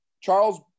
Charles